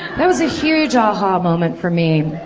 that was a huge aha moment for me